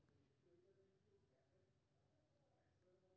bank cheque प्रदाताक खाता मे प्रमाणित चेक खातिर धन सुरक्षित राखै छै